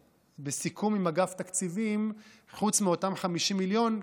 בסיכום עם אגף תקציבים, חוץ מאותם 50 מיליון,